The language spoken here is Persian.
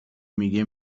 میگه